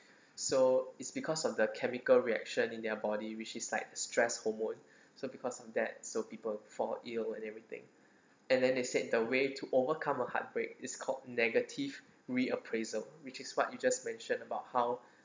so it's because of the chemical reaction in their body which is like stress hormone so because of that so people fall ill and everything and then they said the way to overcome a heartbreak is called negative reappraisal which is what you just mention about how